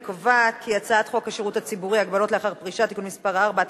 אני קובעת כי חוק שירות הציבור (הגבלות לאחר פרישה) (תיקון מס' 4),